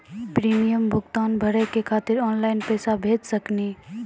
Premium भुगतान भरे के खातिर ऑनलाइन पैसा भेज सकनी?